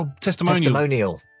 Testimonial